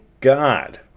God